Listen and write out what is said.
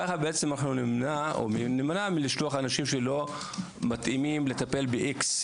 כך נימנע מלשלוח אנשים שלא מתאימים, לטפל באיקס.